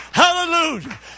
Hallelujah